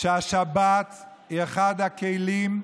שהשבת היא אחד הכלים,